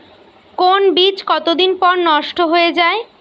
কোন বীজ কতদিন পর নষ্ট হয়ে য়ায়?